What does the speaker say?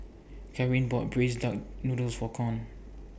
Karin bought Braised Duck Noodles For Con